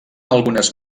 algunes